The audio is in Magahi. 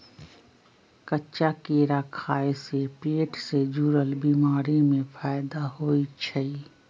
कच्चा केरा खाय से पेट से जुरल बीमारी में फायदा होई छई